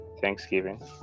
thanksgiving